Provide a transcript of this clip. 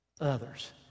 others